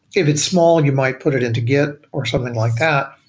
if it's small, you might put it into git or something like that,